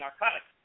narcotics